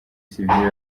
sivile